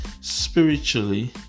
spiritually